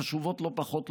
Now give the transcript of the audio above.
חשובות לא פחות,